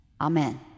Amen